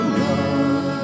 love